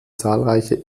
zahlreiche